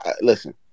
Listen